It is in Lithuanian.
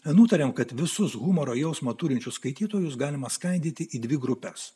nutarėm kad visus humoro jausmą turinčius skaitytojus galima skaidyti į dvi grupes